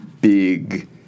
big